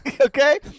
Okay